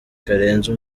karenzi